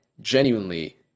genuinely